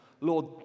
Lord